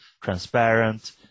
transparent